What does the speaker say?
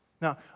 Now